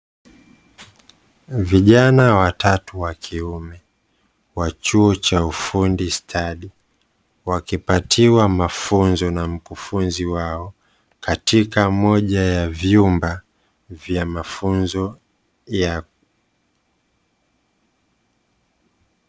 Vijana watatu wakiume wa chuo cha ufundi stadi wakipatiwa mafunzo na mkufunzi wao katika moja ya vyumba vya mafunzo yao.